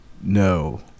no